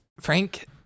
Frank